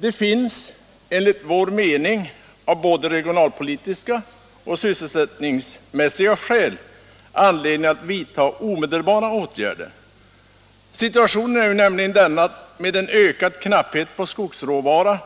Det finns enligt vår mening av både regionalpolitiska och sysselsättningsmässiga skäl anledning att vidta omedelbara åtgärder. Situationen är nämligen den att med en ökad knapphet på skogsråvara